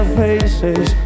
faces